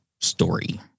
story